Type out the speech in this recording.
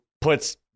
puts